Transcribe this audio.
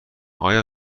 آیا